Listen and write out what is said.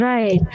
Right